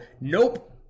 nope